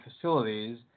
facilities